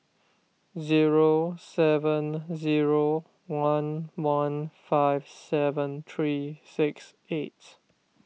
zero seven zero one one five seven three six eight